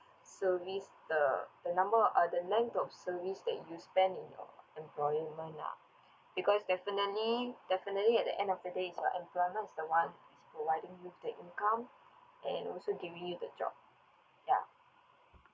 service the the number uh the length of service that you spend in your employment lah because definitely definitely at the end of the days it's your employment is the one is providing you the income and also giving you the job ya